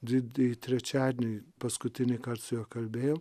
didįjį trečiadienį paskutinį kart su juo kalbėjau